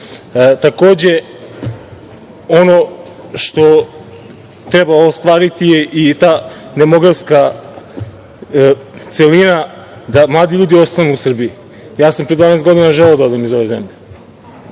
porodicu. Ono što treba ostvariti je i ta demografska celina, da mladi ljudi ostanu u Srbiji. Ja sam pre 12 godina želeo da odem iz ove zemlje.